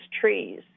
trees